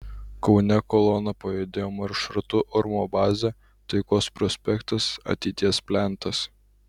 kaune kolona pajudėjo maršrutu urmo bazė taikos prospektas ateities plentas